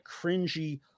cringy